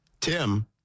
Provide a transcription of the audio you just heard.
Tim